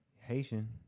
Haitian